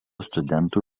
studentų